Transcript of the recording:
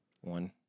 One